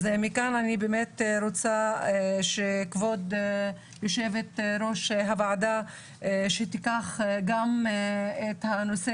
אני רוצה שכבוד יושב ראש הוועדה תיקח את הנושא